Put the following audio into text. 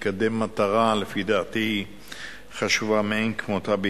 שמקדם מטרה חשובה מאין כמותה,